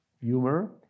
humor